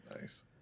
Nice